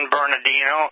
Bernardino